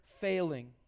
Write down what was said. failing